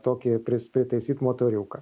tokį pris pritaisyt motoriuką